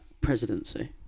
presidency